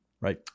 Right